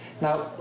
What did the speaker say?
Now